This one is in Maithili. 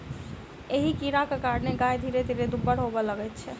एहि कीड़ाक कारणेँ गाय धीरे धीरे दुब्बर होबय लगैत छै